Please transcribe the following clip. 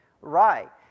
right